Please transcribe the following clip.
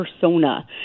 persona